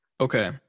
okay